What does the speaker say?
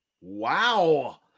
Wow